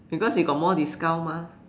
because you got more discount mah